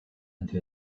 into